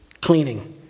cleaning